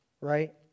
right